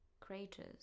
Craters